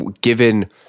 given